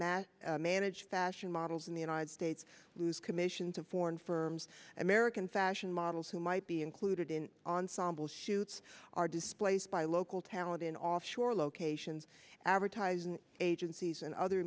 match manage fashion models in the united states lose commission to foreign firms american fashion models who might be included in ensemble shoots are displaced by local talent in offshore locations advertising agencies and other